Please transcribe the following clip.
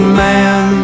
man